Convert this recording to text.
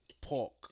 pork